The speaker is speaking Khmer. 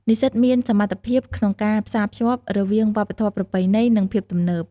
និស្សិតមានសមត្ថភាពក្នុងការ ផ្សារភ្ជាប់ រវាងវប្បធម៌ប្រពៃណី និងភាពទំនើប។